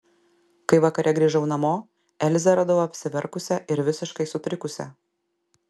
kai vakare grįžau namo elzę radau apsiverkusią ir visiškai sutrikusią